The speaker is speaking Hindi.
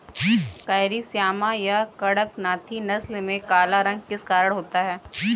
कैरी श्यामा या कड़कनाथी नस्ल में काला रंग किस कारण होता है?